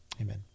amen